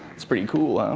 it's pretty cool, ah